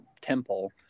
temple